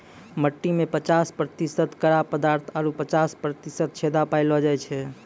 मट्टी में पचास प्रतिशत कड़ा पदार्थ आरु पचास प्रतिशत छेदा पायलो जाय छै